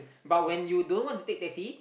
but when you don't want to take taxi